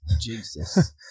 Jesus